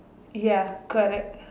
ya correct